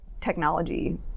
technology